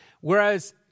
Whereas